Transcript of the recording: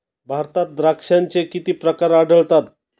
भारतात द्राक्षांचे किती प्रकार आढळतात?